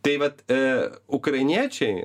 tai vat ukrainiečiai